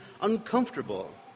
uncomfortable